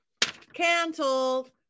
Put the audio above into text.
canceled